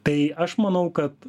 tai aš manau kad